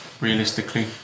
realistically